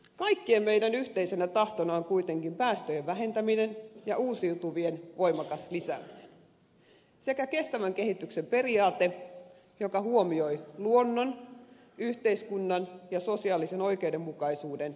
kaikkien meidän yhteisenä tahtonamme on kuitenkin päästöjen vähentäminen ja uusiutuvien voimakas lisääminen sekä kestävän kehityksen periaate joka huomioi luonnon yhteiskunnan ja sosiaalisen oikeudenmukaisuuden yli sukupolvien